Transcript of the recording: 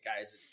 guys